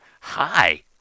Hi